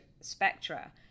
spectra